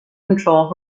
control